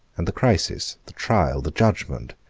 and the crisis, the trial, the judgment,